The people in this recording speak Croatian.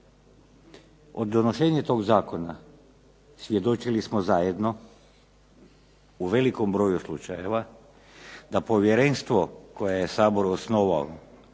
Od donošenja tog zakona svjedočili smo zajedno u velikom broju slučajeva da povjerenstvo koje je Sabor osnovao